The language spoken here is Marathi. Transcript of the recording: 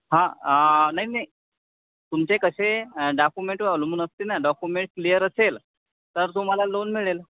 हां नाही नाही तुमचे कसे डॉक्युमेंटवर अवलंबून असते ना डॉक्युमेंट क्लियर असेल तर तुम्हाला लोन मिळेल